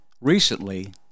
Recently